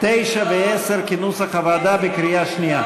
9 ו-10 כנוסח הוועדה בקריאה שנייה.